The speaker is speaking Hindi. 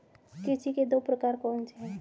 कृषि के दो प्रकार कौन से हैं?